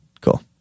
Cool